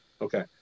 Okay